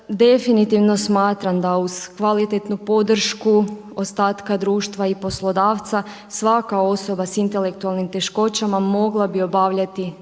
Definitivno smatram da uz kvalitetnu podršku ostatka društva i poslodavca svaka osoba s intelektualnim teškoćama mogla bi obavljati neke